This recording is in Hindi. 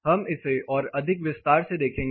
हम इसे और अधिक विस्तार से देखेंगे